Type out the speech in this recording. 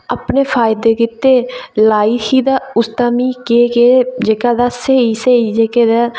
अपने फायदे गितै लाई ही ते उसदा मिगी केह् केह् ते स्हेई स्हेई जेह्के ते